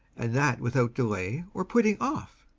and that without delay or putting off,